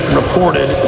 reported